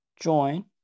join